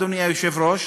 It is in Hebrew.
אדוני היושב-ראש,